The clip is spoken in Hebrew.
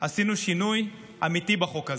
עשינו שינוי אמיתי בחוק הזה.